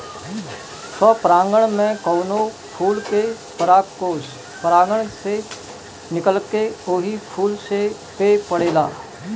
स्वपरागण में कवनो फूल के परागकोष परागण से निकलके ओही फूल पे पड़ेला